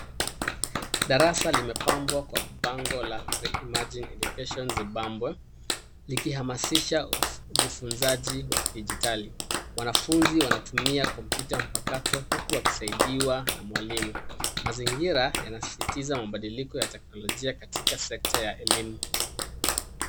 Darasa limepambwa kwa bango La imagine indication ibambwe likihamasisha ujifunzaji wa kidigitali . Wanafunzi wanatumia kompyuta mpakato huku wakisaidiwa na mwalimu mazingira yangu sisitiza Mabadiliko ya kiteknolojia katika sekta ya elimu.